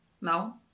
no